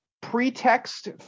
pretext